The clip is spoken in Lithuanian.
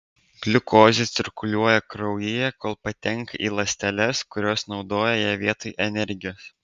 gliukozė cirkuliuoja kraujyje kol patenka į ląsteles kurios naudoja ją vietoj energijos